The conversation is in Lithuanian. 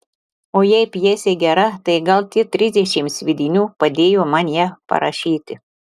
o jei pjesė gera tai gal tie trisdešimt sviedinių padėjo man ją parašyti